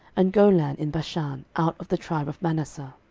and golan in bashan out of the tribe of manasseh.